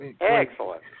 Excellent